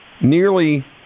Nearly